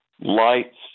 lights